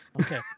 Okay